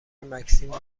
مکسیم